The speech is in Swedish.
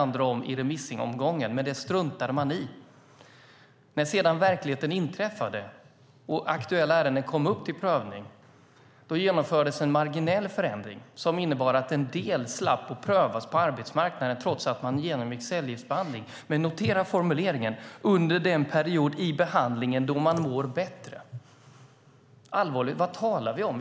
När det sedan inträffade i verkligheten och aktuella ärenden kom upp till prövning genomfördes en marginell förändring som innebar att en del slapp att prövas på arbetsmarknaden när de genomgick cellgiftsbehandling. Men notera att formuleringen är: under den period i behandlingen då man mår bättre. Vad talar vi om?